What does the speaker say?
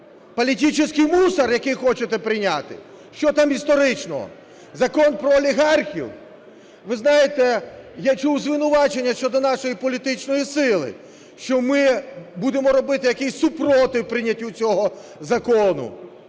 политический мусор, який хочете прийняти? Що там історичного – Закон про олігархів? Ви знаєте, я чув звинувачення щодо нашої політичної сили, що ми будемо робити якийсь супротив прийняттю цього закону.